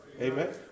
Amen